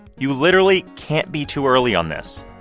you literally can't be too early on this.